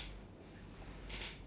fire fighter ya